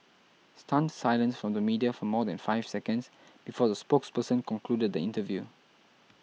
stunned silence from the media for more than five seconds before the spokesperson concluded the interview